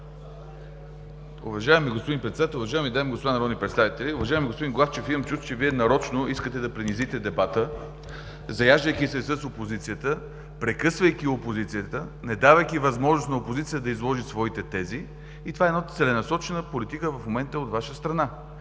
Уважаеми господин Председател, уважаеми дами и господа народни представители! Уважаеми господин Главчев, имам чувство, че Вие нарочно искате да принизите дебата, заяждайки се с опозицията, прекъсвайки опозицията, недавайки възможност на опозицията да изложи своите тези и това е една целенасочена политика в момента от Ваша страна.